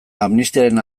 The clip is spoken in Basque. amnistiaren